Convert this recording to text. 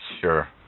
Sure